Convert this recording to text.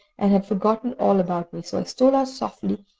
and had forgotten all about me, so i stole out softly,